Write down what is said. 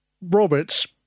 Roberts